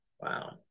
Wow